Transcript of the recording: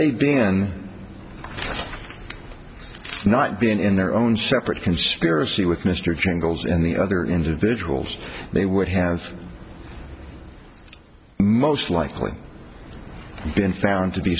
they began not being in their own separate conspiracy with mr jingles and the other individuals they would have most likely been found to be